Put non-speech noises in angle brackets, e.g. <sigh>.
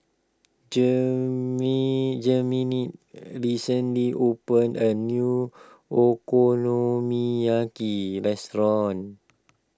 <unintelligible> Jermaine recently opened a new Okonomiyaki restaurant